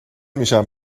میشم